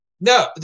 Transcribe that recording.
No